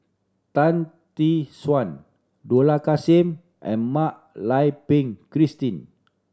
Tan Tee Suan Dollah Kassim and Mak Lai Peng Christine